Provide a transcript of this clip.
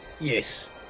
Yes